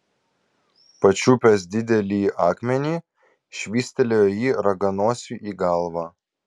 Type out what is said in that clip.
pačiupęs didelį akmenį švystelėjo jį raganosiui į galvą